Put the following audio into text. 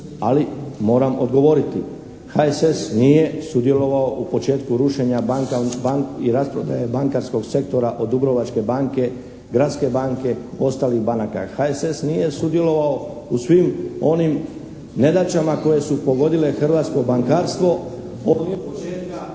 ali moram odgovoriti. HSS nije sudjelovao u početku rušenja banka i rasprodaje bankarskog sektora od Dubrovačke banke, gradske banke, ostalih banaka. HSS nije sudjelovao u svim onim nedaćama koje su pogodile hrvatsko bankarstvo od početka